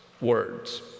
words